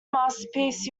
masterpiece